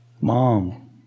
Mom